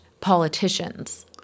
politicians